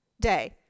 day